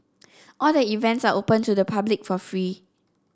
all the events are open to the public for free